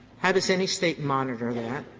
how does any state monitor that,